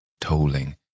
tolling